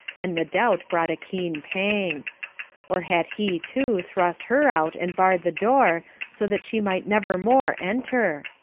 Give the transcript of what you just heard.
and the doubt brought a keen pang or had he, too, thrust her out and barred the door, so that she might never more enter?